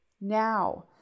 Now